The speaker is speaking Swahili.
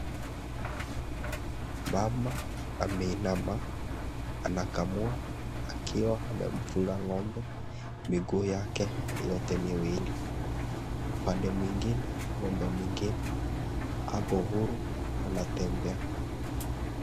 Mama ameinama anakamua akiwa amefunga ngombe miguu yake yote miwili. Upande mwingine, ngombe mwingine, ako huru anatembea.